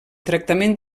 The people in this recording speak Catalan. tractament